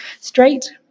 straight